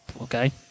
Okay